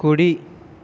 కుడి